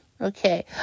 Okay